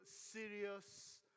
serious